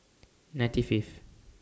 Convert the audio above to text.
ninety Fifth